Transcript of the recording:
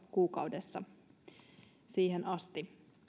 kuukaudessa esimerkiksi sataanneljäänkymmeneen euroon asti